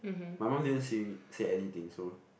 my mum didn't see say anything so